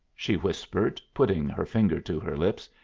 she whispered, putting her finger to her lips.